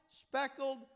speckled